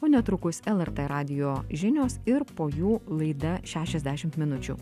o netrukus lrt radijo žinios ir po jų laida šešiasdešimt minučių